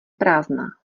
prázdná